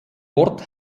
ort